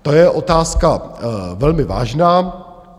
To je otázka velmi vážná.